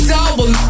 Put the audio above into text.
Double